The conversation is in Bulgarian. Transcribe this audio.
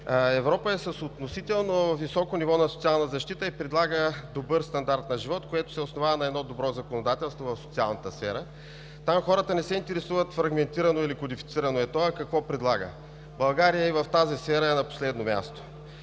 Европа е с относително високо ниво на социална защита и предлага добър стандарт на живот, което се основава на добро законодателство в социалната сфера. Там хората не се интересуват фрагментирано или кодифицирано е то, а какво предлага. България и в тази сфера е на последно място.